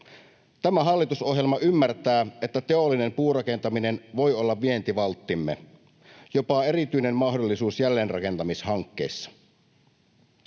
Tämä hallitusohjelma ymmärtää, että teollinen puurakentaminen voi olla vientivalttimme, jopa erityinen mahdollisuus jälleenrakentamishankkeissa.